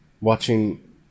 watching